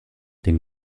den